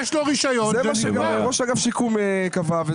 זה גם מה שראש אגף שיקום קבעה.